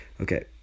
okay